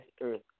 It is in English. earth